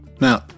Now